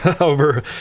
over